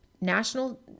national